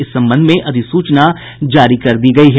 इस संबंध में अधिसूचना जारी कर दी गयी है